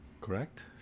correct